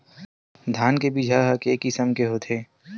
धान के बीजा ह के किसम के होथे?